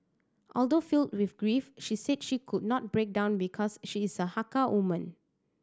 although filled with grief she said she could not break down because she is a Hakka woman